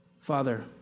Father